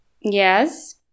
Yes